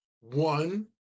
one